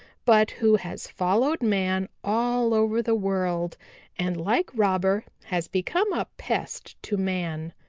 but who has followed man all over the world and like robber has become a pest to man.